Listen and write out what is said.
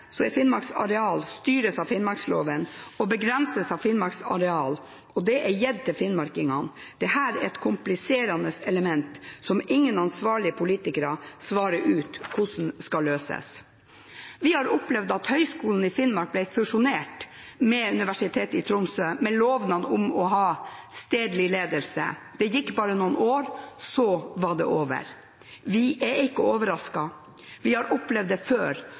Finnmarks areal av finnmarksloven og begrenses av Finnmarks areal gitt til finnmarkingene. Dette er et kompliserende element som ingen ansvarlige politikere svarer ut hvordan skal løses. Vi har opplevd at Høgskolen i Finnmark ble fusjonert med Universitetet i Tromsø med lovnad om å ha stedlig ledelse. Det gikk bare noen år, så var det over. Vi er ikke overrasket. Vi har opplevd før at vårt nordligste fylke overstyres. Hva fører det